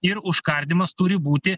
ir užkardymas turi būti